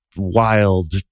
wild